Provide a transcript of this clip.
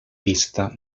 vista